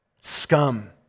scum